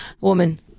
woman